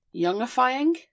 youngifying